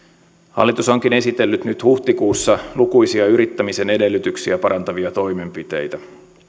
hallitus onkin esitellyt nyt huhtikuussa lukuisia yrittämisen edellytyksiä parantavia toimenpiteitä